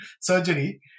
surgery